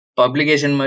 publication